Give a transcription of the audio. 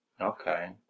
Okay